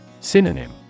Synonym